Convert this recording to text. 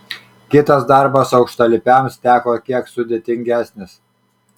kitas darbas aukštalipiams teko kiek sudėtingesnis